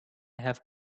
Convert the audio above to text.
have